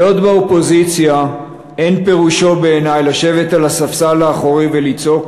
להיות באופוזיציה אין פירושו בעיני לשבת על הספסל האחורי ולצעוק